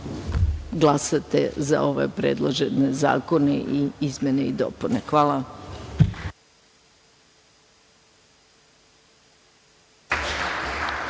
glasate za ove predložene zakone i izmene i dopune. Hvala vam.